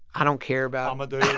i don't care about. amadeus,